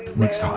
next